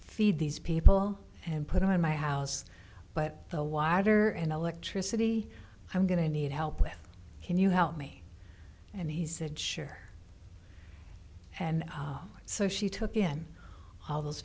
feed these people and put on my house but the wider and electricity i'm going to need help with can you help me and he said sure and so she took in all those